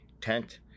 tent